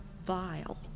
vile